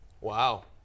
Wow